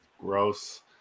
gross